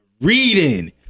reading